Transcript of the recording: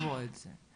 לקבוע את זה.